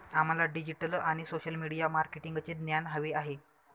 आम्हाला डिजिटल आणि social media मार्केटिंगचे ज्ञान हवे आहे